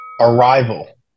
arrival